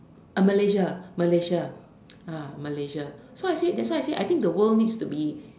Malaysia Malaysia Malaysia so I said that's why I said the world needs to be